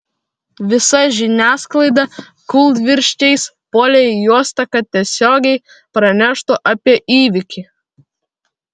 visa žiniasklaida kūlvirsčiais puolė į uostą kad tiesiogiai praneštų apie įvykį